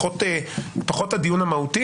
פחות הדיון המהותי.